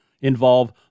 involve